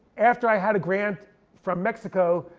after i had a grant from mexico,